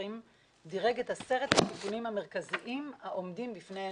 דירג את עשרת הסיכונים המרכזיים העומדים בפני האנושות.